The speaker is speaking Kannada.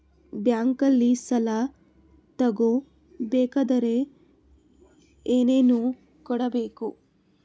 ಬ್ಯಾಂಕಲ್ಲಿ ಸಾಲ ತಗೋ ಬೇಕಾದರೆ ಏನೇನು ಕೊಡಬೇಕು?